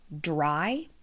dry